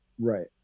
Right